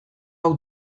hau